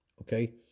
Okay